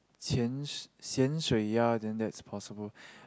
yan yan-shui-ya then that is possible